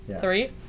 Three